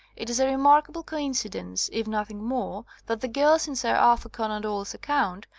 it is a remarkable coincidence, if nothing more, that the girls in sir arthur conan doyle's account,